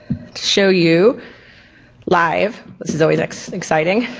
show you live. this is always exciting.